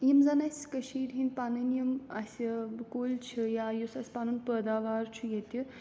یِم زَن اَسہِ کٔشیٖر ہِنٛدۍ پَنٕنۍ یِم اَسہِ کُلۍ چھِ یا یُس اَسہِ پَنُن پٲداوار چھُ ییٚتہِ